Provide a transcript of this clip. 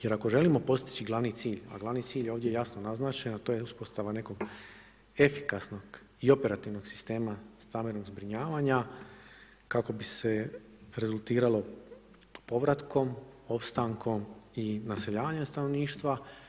Jer ako želimo postići glavni cilj, a glavni cilj je ovdje jasno naznačen, a to je uspostava nekog efikasnog i operativnog sistema stambenog zbrinjavanja kako bi se rezultiralo povratkom, opstankom i naseljavanjem stanovništva.